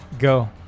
Go